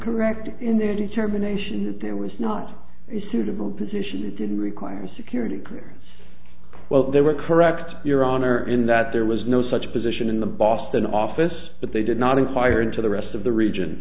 correct in their determination that there was not a suitable position that didn't require security clearance well they were correct your honor in that there was no such position in the boston office but they did not inquire into the rest of the region